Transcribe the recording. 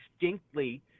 distinctly